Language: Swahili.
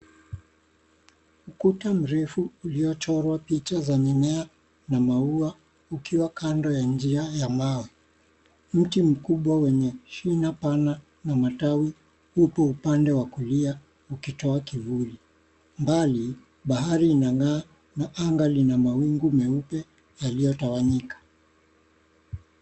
Kuta mrefu uliochorwa picha za mimea na maua ukiwa kando ya njia ya mawe. Mti mkubwa wenye shina pana na matawi upo upande wa kulia ukitoa kivuli. Mbali, bahari inang'aa na anga lina mawingu meupe yaliyotawanyika.